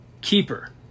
keeper